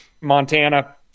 montana